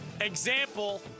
example